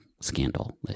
Scandal